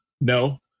No